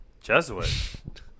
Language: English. Jesuit